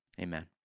Amen